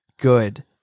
good